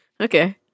Okay